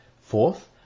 Fourth